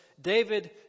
David